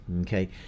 okay